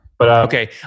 okay